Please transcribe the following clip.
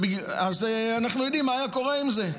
אז אנחנו יודעים מה היה קורה עם זה.